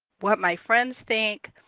what my friends think,